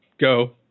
go